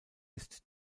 ist